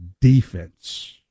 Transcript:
Defense